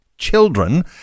children